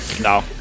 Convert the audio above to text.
No